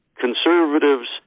conservatives